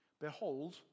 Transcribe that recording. behold